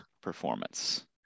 performance